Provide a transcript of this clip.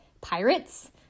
Pirates